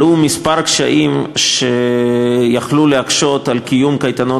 עלו כמה קשיים שיכלו להקשות על קיום קייטנות